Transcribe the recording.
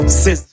sis